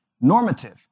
normative